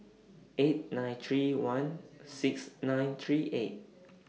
eight nine three one six nine three eight